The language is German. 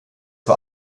war